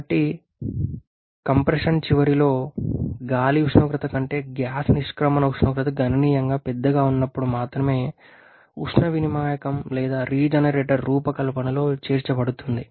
కాబట్టి కంప్రెషన్ చివరిలో గాలి ఉష్ణోగ్రత కంటే గ్యాస్ నిష్క్రమణ ఉష్ణోగ్రత గణనీయంగా పెద్దగా ఉన్నప్పుడు మాత్రమే ఉష్ణ వినిమాయకం లేదా రీజెనరేటర్ రూపకల్పనలో చేర్చబడుతుంది